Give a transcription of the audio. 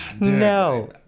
No